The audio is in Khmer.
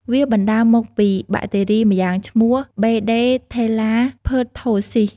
វាបណ្តាលមកពីបាក់តេរីម្យ៉ាងឈ្មោះ បេដេថេលឡាភើតថូសសុីស។